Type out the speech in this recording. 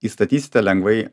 įstatysite lengvai